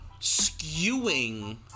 skewing